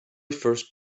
first